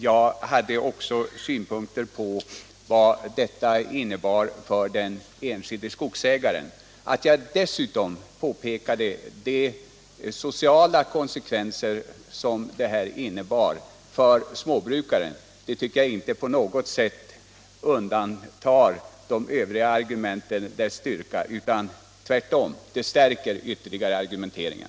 Jag hade också synpunkter på vad denna befrielse innebär för den enskilde skogsägaren. Att jag dessutom pekade på de sociala konsekvenserna för småbrukarna tycker jag inte på något sätt förtar styrkan av de övriga argumenten, utan det stärker tvärtom argumenteringen.